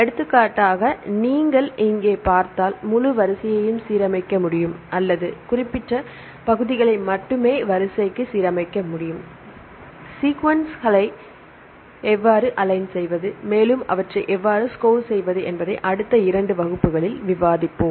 எடுத்துக்காட்டாக நீங்கள் இங்கே பார்த்தால் முழு வரிசையையும் சீரமைக்க முடியும் அல்லது சில குறிப்பிட்ட பகுதிகளை மட்டுமே வரிசைக்கு சீரமைக்க முடியும் சீக்வான்களை எவ்வாறு அலைன் செய்வது மேலும் அவற்றை எவ்வாறு ஸ்கோர் செய்வது என்பதை அடுத்த இரண்டு வகுப்புகளில் விவாதிப்போம்